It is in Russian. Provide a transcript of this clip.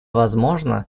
возможно